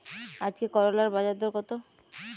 আজকে করলার বাজারদর কত?